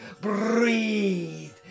breathe